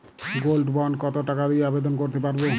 Gold bond কত টাকা দিয়ে আবেদন করতে পারবো?